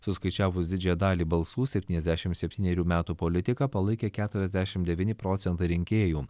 suskaičiavus didžiąją dalį balsų septyniasdešim septynerių metų politiką palaikė keturiasdešim devyni procentai rinkėjų